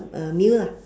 uh meal lah